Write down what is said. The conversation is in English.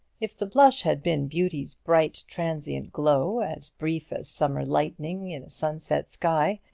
if the blush had been beauty's bright, transient glow, as brief as summer lightning in a sunset sky,